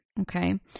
Okay